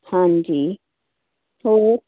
ਹਾਂਜੀ ਹੋਰ